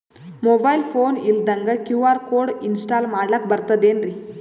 Mobile phone ಇಲ್ದಂಗ QR code install ಮಾಡ್ಲಕ ಬರ್ತದೇನ್ರಿ?